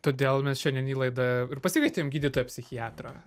todėl mes šiandien į laidą ir pasikvietėm gydytoją psichiatrą